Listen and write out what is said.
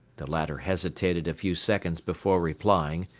the latter hesitated a few seconds before replying,